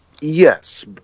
Yes